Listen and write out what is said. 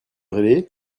réveillé